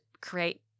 create